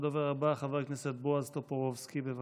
הדובר הבא, חבר הכנסת בועז טופורובסקי, בבקשה.